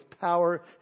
power